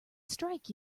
strike